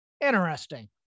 Interesting